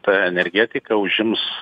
ta energetika užims